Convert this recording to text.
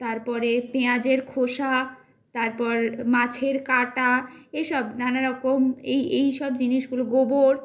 তারপরে পেঁয়াজের খোসা তারপর মাছের কাঁটা এই সব নানারকম এই এই সব জিনিসগুলো গোবর